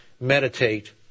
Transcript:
meditate